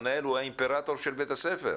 המנהל הוא האימפרטור של בית הספר.